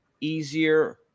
easier